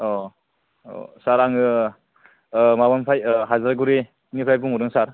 अ अ सार आङो माबानिफाय हायज्रागुरिनिफ्राय बुंहरदों सार